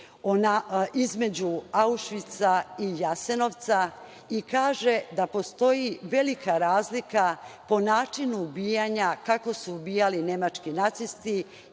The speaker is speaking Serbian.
između Aušvica i Jasenovca i kaže da postoji velika razlika po načinu ubijanja, kako su ubijali nemački nacisti